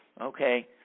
okay